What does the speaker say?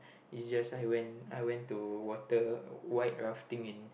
is just I went I went to water white rafting in